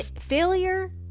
Failure